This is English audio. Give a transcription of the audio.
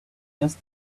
less